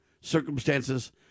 Circumstances